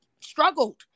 struggled